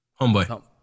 Homeboy